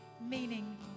meaning